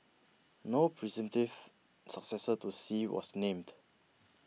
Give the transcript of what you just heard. no presentive successor to Xi was named